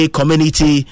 Community